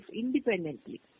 independently